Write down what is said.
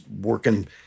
working